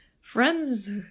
friends